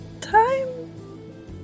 time